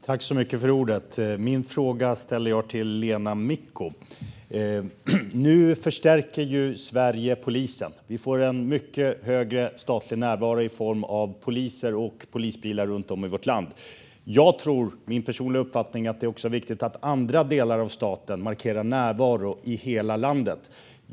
Fru talman! Jag ställer min fråga till Lena Micko. Nu förstärker Sverige polisen. Vi får en mycket högre statlig närvaro i form av poliser och polisbilar runt om i vårt land. Min personliga uppfattning är att det också är viktigt att andra delar av staten markerar närvaro i hela landet.